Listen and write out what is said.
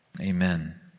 Amen